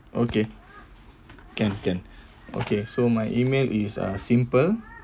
okay can can okay so my email is uh simple